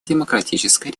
демократической